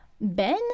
Ben